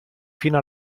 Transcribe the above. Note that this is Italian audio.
fino